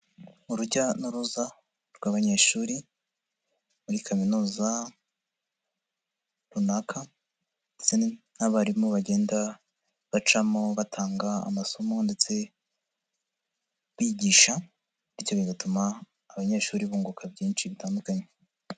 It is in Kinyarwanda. Urujya n'uruza rw'abanyeshuri muri kaminuza runaka ndetse n'abarimu bagenda bacamo batanga amasomo ndetse bigisha bityo bigatuma abanyeshuri bunguka byinshi bitandukanye.